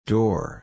Door